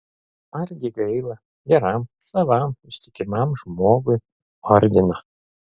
argi gaila geram savam ištikimam žmogui ordino